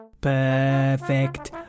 Perfect